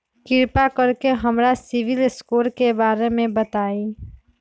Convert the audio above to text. कृपा कर के हमरा सिबिल स्कोर के बारे में बताई?